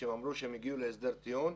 כשהם אמרו שהם הגיעו להסדר טיעון,